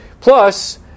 Plus